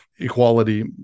equality